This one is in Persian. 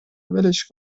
ولش